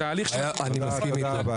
מסכים, תודה רבה.